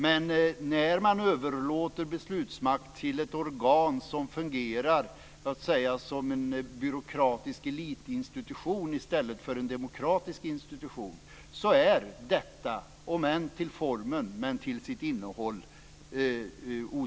Men när man överlåter beslutsmakt till ett organ som fungerar som en byråkratisk elitinstitution i stället för som en demokratisk institution så är detta till sitt innehåll, om än inte till formen, ett odemokratiskt beslut.